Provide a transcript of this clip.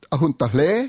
Ahuntahle